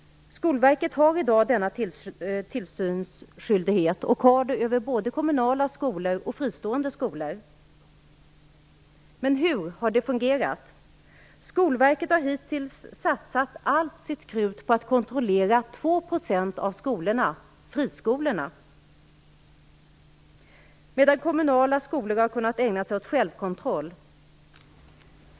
Skolverket har i dag denna tillsynsskyldighet och har det över både kommunala skolor och fristående skolor. Men hur har det fungerat? Skolverket har hittills satsat allt sitt krut på att kontrollera 2 % av skolorna, nämligen friskolorna, medan de kommunala skolorna har kunnat ägna sig åt självkontroll.